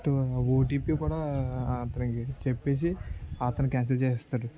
first OTP కూడా అతనికి చెప్పి అతను కాన్సెల్ చేస్తాడు